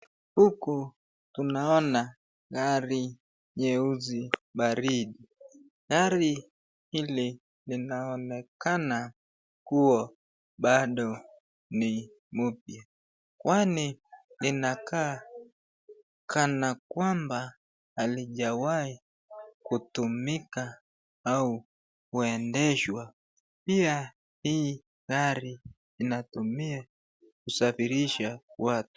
Huku tunaona gari nyeusi pari, gari hili inaonekana kuwa pado ni mpya kwani inakaa kanakwamba halijawa kutumika au kuendeshwa pia hii gari inatumiwa kusafirisha watu.